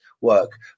work